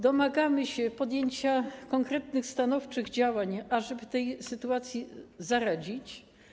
Domagamy się podjęcia konkretnych, stanowczych działań, ażeby tej sytuacji zaradzić.